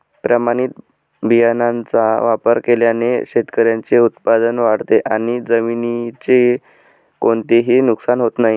प्रमाणित बियाण्यांचा वापर केल्याने शेतकऱ्याचे उत्पादन वाढते आणि जमिनीचे कोणतेही नुकसान होत नाही